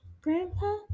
Grandpa